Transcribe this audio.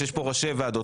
שיש פה ראשי ועדות,